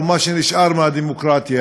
או מה שנשאר מהדמוקרטיה,